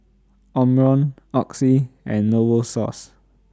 Omron Oxy and Novosource